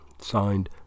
Signed